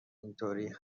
اینطوری